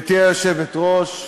גברתי היושבת-ראש,